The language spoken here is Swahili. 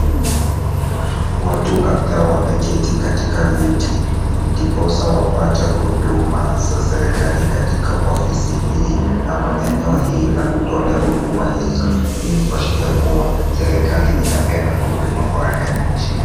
Watu kadhaa wameketi katika viti ndiposa wapate huduma za serikali katika ofisi hii ama eneo hii la kutolewa huduma hizo. Hii ni kuashiria kuwa serikali inapeana huduma kwa wananchi.